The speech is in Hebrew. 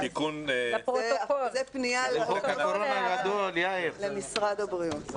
זאת פנייה למשרד הבריאות.